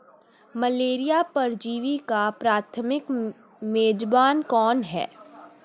Malaria परजीवी का प्राथमिक मेजबान कौन है?